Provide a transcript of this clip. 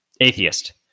atheist